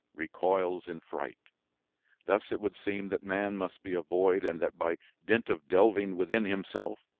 recoils in fright thus it would seem that man must be a void and that by dint of delving within himself,